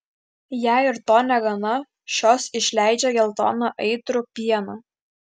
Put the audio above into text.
jei ir to negana šios išleidžia geltoną aitrų pieną